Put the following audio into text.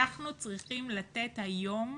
אנחנו צריכים לתת היום